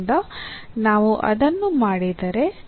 ಆದ್ದರಿಂದ ನಾವು ಅದನ್ನು ಮಾಡಿದರೆ